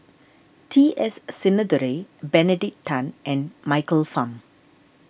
T S Sinnathuray Benedict Tan and Michael Fam